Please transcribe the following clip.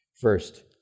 First